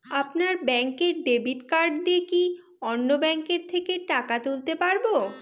আপনার ব্যাংকের debit card দিয়ে কি অন্য ব্যাংকের থেকে টাকা তুলতে পারবো?